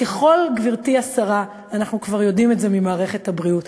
גברתי השרה, אנחנו יודעים את זה ממערכת הבריאות.